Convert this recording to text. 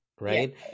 right